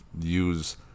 use